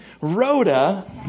rhoda